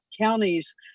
counties